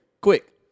Quick